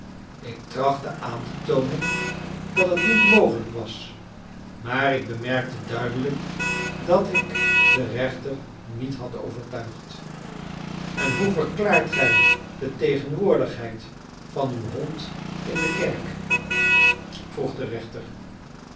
ik trachtte aan te toonen dat het niet mogelijk was maar ik bemerkte duidelijk dat ik den rechter niet had overtuigd en hoe verklaart gij de tegenwoordigheid van uw hond in de kerk vroeg de rechter